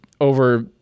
over